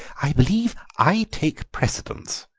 i believe i take precedence,